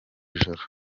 joro